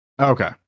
Okay